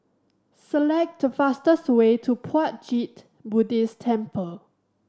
select the fastest way to Puat Jit Buddhist Temple